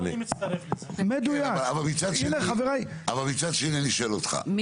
אבל מצד שני אני שואל אותך,